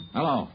Hello